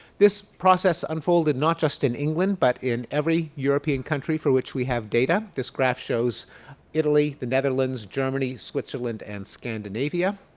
this process unfolded not just in england but in every european country for which we have data. this graph shows italy, netherlands, germany, switzerland and scandinavia.